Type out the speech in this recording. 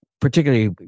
Particularly